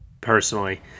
personally